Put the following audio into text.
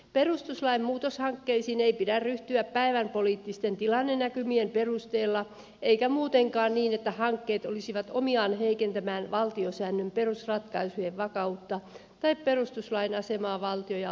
perustuslain muutoshankkeisiin ei pidä ryhtyä päivänpoliittisten tilannenäkymien perusteella eikä muutenkaan niin että hankkeet olisivat omiaan heikentämään valtiosäännön perusratkaisujen vakautta tai perustuslain asemaa valtion ja oikeusjärjestyksen perustana